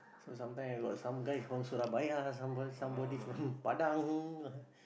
so sometime I got some guy from Surabaya some somebody from Padang